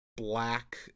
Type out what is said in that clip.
black